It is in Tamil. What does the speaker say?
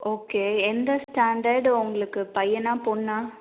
ஓகே எந்த ஸ்டேண்டர்ட் உங்களுக்கு பையனா பொண்ணா